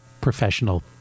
professional